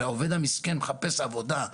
הרי, העובד המסכן מחפש עבודה.